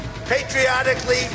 Patriotically